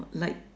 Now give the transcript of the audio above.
like